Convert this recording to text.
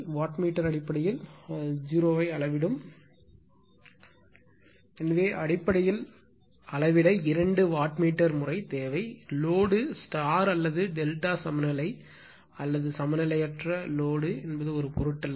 what meter அடிப்படையில் 0 ஐ அளவிடும் எனவே அடிப்படையில் அளவிட இரண்டு வாட் மீட்டர் முறை தேவை லோடு ஸ்டார் அல்லது டெல்டா சமநிலை அல்லது சமநிலையற்றது ஒரு பொருட்டல்ல